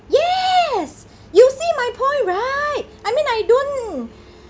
yes you see my point right I mean I don't